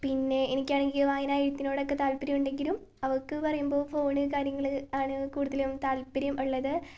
പിന്നെ എനിക്കാണെങ്കിൽ വായന എഴുത്തിനോടൊക്കെ താല്പര്യമുണ്ടെകിലും അവൾക്ക് പറയുമ്പോൾ ഫോണ് കാര്യങ്ങള് ആണ് കൂടുതലും താൽപര്യം ഇള്ളത്